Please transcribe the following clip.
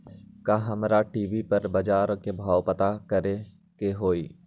का हमरा टी.वी पर बजार के भाव पता करे के होई?